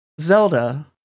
Zelda